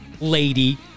lady